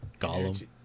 Gollum